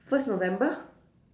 first November